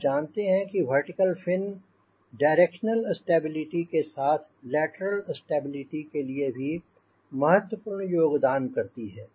आप जानते हैं कि वर्टिकल फिन डायरेक्शनल स्टेबिलिटी के साथ लेटरल स्टेबिलिटी के लिए भी महत्वपूर्ण योगदान करती है